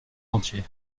entier